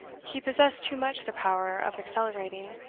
he possessed too much the power of accelerating.